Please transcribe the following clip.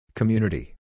Community